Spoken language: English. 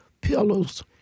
pillows